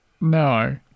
No